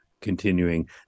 continuing